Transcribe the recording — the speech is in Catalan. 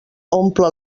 omple